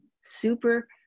super